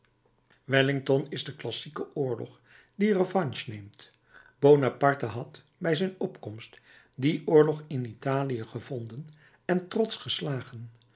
wellington is de klassieke oorlog die revanche neemt bonaparte had bij zijn opkomst dien oorlog in italië gevonden en trotsch geslagen